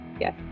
Yes